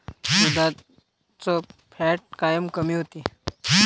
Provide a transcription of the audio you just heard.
दुधाचं फॅट कायनं कमी होते?